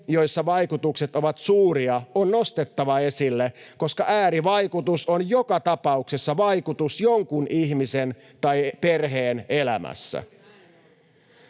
joissa vaikutukset ovat suuria, on nostettava esille, koska äärivaikutus on joka tapauksessa vaikutus jonkun ihmisen tai perheen elämässä.